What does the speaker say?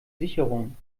sicherung